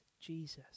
Jesus